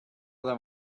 them